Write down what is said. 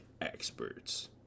experts